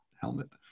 helmet